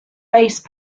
base